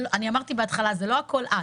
אמרתי בהתחלה שזה לא הכול את,